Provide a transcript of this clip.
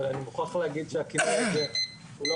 אבל אני מוכרח להגיד שהשם הזה הוא לא